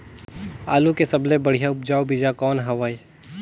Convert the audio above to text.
आलू के सबले बढ़िया उपजाऊ बीजा कौन हवय?